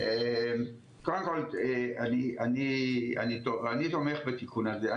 קודם כל אני תומך בתיקון הזה.